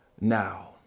now